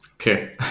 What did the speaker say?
Okay